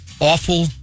awful